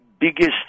biggest